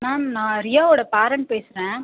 ma'am நான் ரியாவோட parent பேசுகிறேன்